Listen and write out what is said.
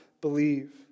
believe